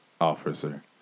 officer